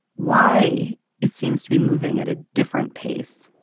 why it seems to be moving at a different pace